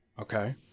Okay